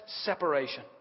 separation